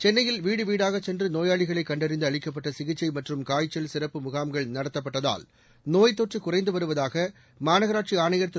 சென்னையில் வீடு வீடாக சென்று நோயாளிகளை கண்டறிந்து அளிக்கப்பட்ட சிகிச்சை மற்றும் காய்ச்சல் சிறப்பு முகாம்கள் நடத்தப்பட்டதால் நோய்த் தொற்று குறைந்து வருவதாக மாநகராட்சி ஆணையர் திரு